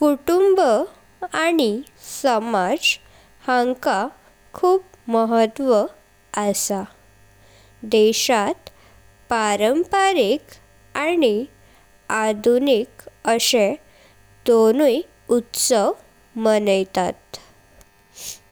कुटुंब आनी समाज हंका खुब महत्व आस। देशात परंपरिक आनी आधुनिक असे दोनुइत्सव मनेतात।